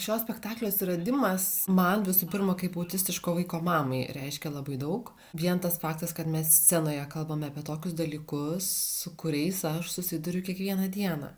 šio spektaklio atsiradimas man visų pirma kaip autistiško vaiko mamai reiškia labai daug vien tas faktas kad mes scenoje kalbame apie tokius dalykus su kuriais aš susiduriu kiekvieną dieną